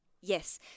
Yes